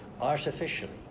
artificially